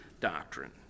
doctrine